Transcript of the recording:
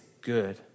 good